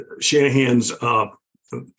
Shanahan's